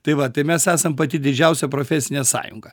tai va tai mes esam pati didžiausia profesinė sąjunga